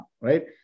right